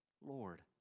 Lord